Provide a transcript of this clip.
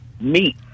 meat